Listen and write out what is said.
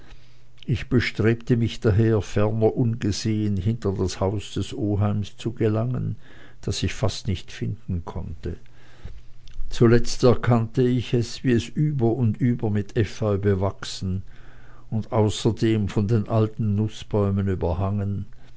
ich bestrebte mich daher ferner ungesehen hinter das haus des oheims zu gelangen das ich fast nicht finden konnte zuletzt erkannte ich es wie es über und über mit efeu bewachsen und außerdem von den alten nußbäumen überhangen